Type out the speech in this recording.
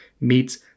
meets